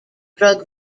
drug